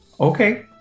Okay